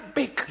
big